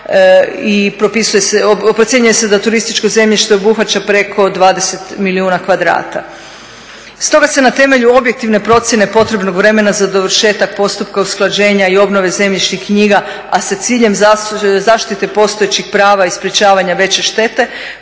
i procjenjuje se da turističko zemljište obuhvaća preko 20 milijuna kvadrata. Stoga se na temelju objektivne procjene potrebnog vremena za dovršetak postupka usklađenja i obnove zemljišnih knjiga a sa ciljem zaštite postojećih prava i sprječavanja veće štete